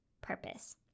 purpose